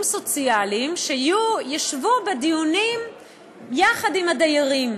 סוציאליים שישבו בדיונים יחד עם הדיירים.